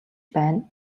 байна